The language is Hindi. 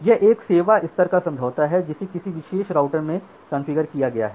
यह एक सेवा स्तर का समझौता है जिसे किसी विशेष राउटर में कॉन्फ़िगर किया गया है